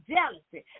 Jealousy